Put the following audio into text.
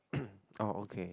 orh okay